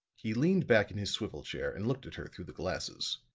he leaned back in his swivel chair and looked at her through the glasses.